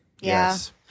Yes